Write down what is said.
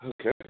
Okay